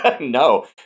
no